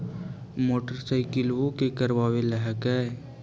मोटरसाइकिलवो के करावे ल हेकै?